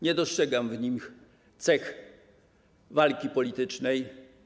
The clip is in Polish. Nie dostrzegam w nim cech walki politycznej.